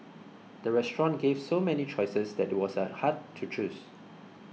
the restaurant gave so many choices that it was a hard to choose